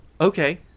okay